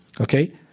Okay